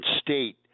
state